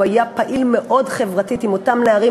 הוא היה פעיל מאוד חברתית עם אותם נערים